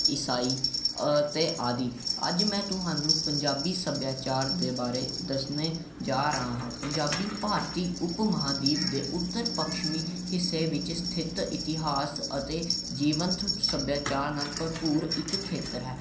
ਈਸਾਈ ਅਤੇ ਆਦਿ ਅੱਜ ਮੈਂ ਤੁਹਾਨੂੰ ਪੰਜਾਬੀ ਸੱਭਿਆਚਾਰ ਦੇ ਬਾਰੇ ਦੱਸਣੇ ਜਾ ਰਿਹਾ ਹਾਂ ਪੰਜਾਬੀ ਭਾਰਤੀ ਉਪ ਮਹਾਂਦੀਪ ਦੇ ਉੱਤਰ ਪੱਛਮੀ ਹਿੱਸੇ ਵਿੱਚ ਸਥਿੱਤ ਇਤਿਹਾਸ ਅਤੇ ਜੀਵਨ ਤ ਸੱਭਿਆਚਾਰ ਨਾਲ ਭਰਪੂਰ ਇੱਕ ਖੇਤਰ ਹੈ